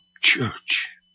church